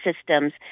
systems